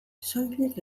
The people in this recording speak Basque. soilik